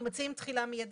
אנחנו מציעים תחילה מיידית,